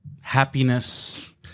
happiness